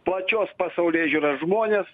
plačios pasaulėžiūros žmones